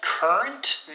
Current